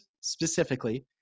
specifically